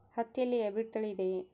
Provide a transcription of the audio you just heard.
ಹತ್ತಿಯಲ್ಲಿ ಹೈಬ್ರಿಡ್ ತಳಿ ಇದೆಯೇ?